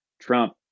Trump